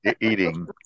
Eating